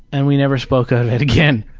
and we never spoke of it again.